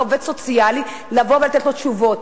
מאותו עובד סוציאלי לבוא ולתת להם תשובות.